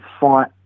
fight